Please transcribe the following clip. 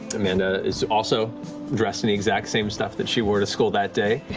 amanda is also dressed in the exact same stuff that she wore to school that day.